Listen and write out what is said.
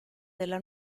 della